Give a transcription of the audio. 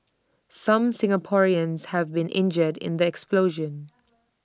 some Singaporeans have been injured in the explosion